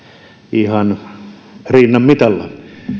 ihan rinnan mitalla